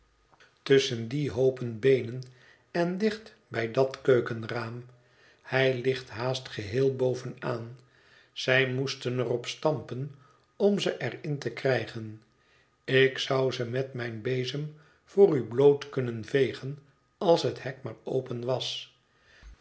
tusschen die hoopen beenen en dicht bij dat keukenraam hij ligt haast geheel bovenaan zij moesten er op stampen om ze er in te krijgen ik zou ze met mijn bezem voor u bloot kunnen vegen als het hek maar open was